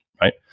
right